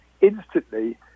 Instantly